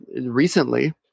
recently